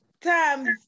times